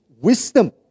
wisdom